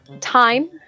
Time